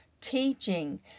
teaching